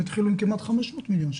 כשהם התחילו עם כמעט 500 מיליון שקל,